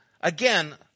again